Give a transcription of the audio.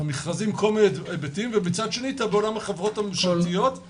מכל מיני היבטים כמו מכרזים ועוד ומצד